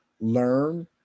learn